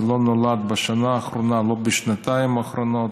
זה לא נולד בשנה האחרונה ולא בשנתיים האחרונות.